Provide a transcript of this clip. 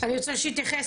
אני רוצה שתתייחס,